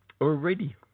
Already